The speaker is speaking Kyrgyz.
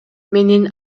менин